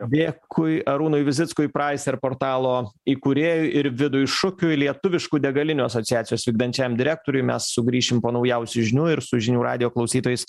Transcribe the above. dėkui arūnui vizickui praiser portalo įkūrėjui ir vidui šukiui lietuviškų degalinių asociacijos vykdančiajam direktoriui mes sugrįšim po naujausių žinių ir su žinių radijo klausytojais